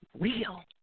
real